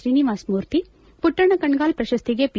ಶ್ರೀನಿವಾಸ್ ಮೂರ್ತಿ ಪುಟ್ಟಣಕಣಗಲ್ ಪ್ರಶಸ್ತಿಗೆ ಪಿ